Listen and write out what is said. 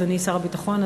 אדוני שר הביטחון,